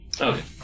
Okay